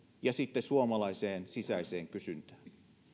ja sitten suomalaiseen sisäiseen kysyntään